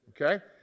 okay